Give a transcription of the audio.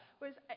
Whereas